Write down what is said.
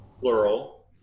plural